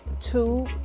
two